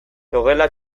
logela